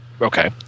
Okay